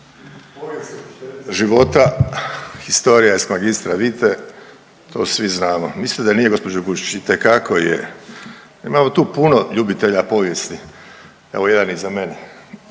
života „Historia est magistra vitae“, to svi znamo. Mislite da nije gđo. Bušić, itekako je. Imamo tu puno ljubitelja povijesti, evo jedan iza mene,